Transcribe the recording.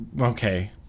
Okay